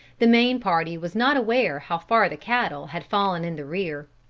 the main party was not aware how far the cattle had fallen in the rear.